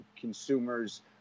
consumers